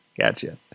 Gotcha